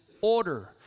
order